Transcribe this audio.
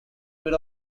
were